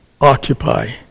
occupy